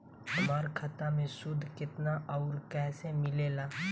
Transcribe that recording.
हमार खाता मे सूद केतना आउर कैसे मिलेला?